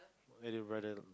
where do your brother